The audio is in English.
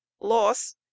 loss